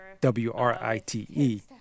W-R-I-T-E